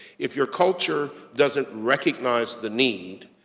if your culture doesn't recognize the need,